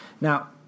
Now